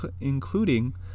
including